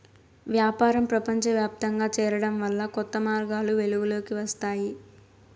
వ్యాపారం ప్రపంచవ్యాప్తంగా చేరడం వల్ల కొత్త మార్గాలు వెలుగులోకి వస్తాయి